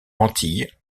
antilles